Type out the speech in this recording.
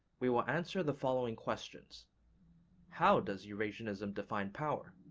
we will answer the following questions how does eurasianism define power?